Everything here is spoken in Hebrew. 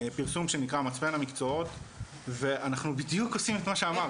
פרסום שנקרא 'מצפן המקצועות' ואנחנו בדיוק עושים את מה שאמרת.